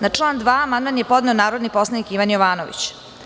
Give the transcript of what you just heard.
Na član 2. amandman je podneo narodni poslanik Ivan Jovanović.